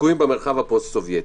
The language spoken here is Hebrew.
שתקועים במרחב הפוסט-סובייטי.